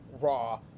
raw